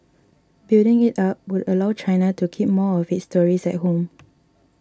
building it up would allow China to keep more of its tourists at home